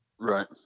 Right